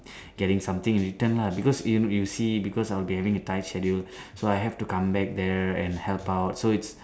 getting something in return lah because you you see because I will be having a tight schedule so I have to come back there and help out so it's